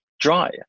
dry